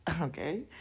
okay